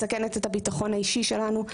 מסכנת את הביטחון האישי שלנו,